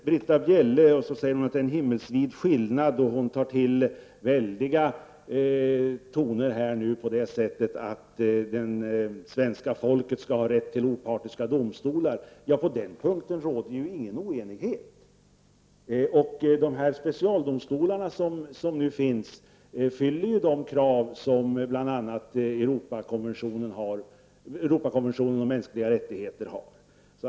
Britta Bjelle säger att det är en himmelsvid skillnad, och hon tar till väldiga brösttoner och säger att svenska folket skall ha rätt till opartiska domstolar. På den punkten råder naturligtvis ingen oenighet. De specialdomstolar som nu finns uppfyller ju de krav som Europakonventionen om de mänskliga rättigheterna har.